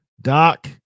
doc